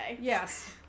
Yes